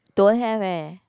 don't have eh